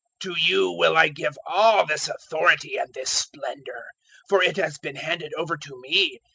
to you will i give all this authority and this splendour for it has been handed over to me,